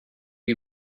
you